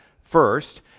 first